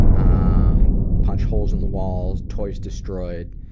um punch holes in the walls, toys destroyed.